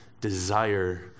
desire